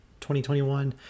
2021